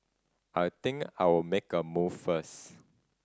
I think I'll make a move first